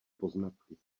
poznatky